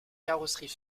carrosseries